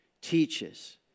teaches